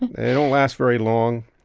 they don't last very long,